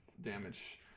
damage